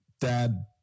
dad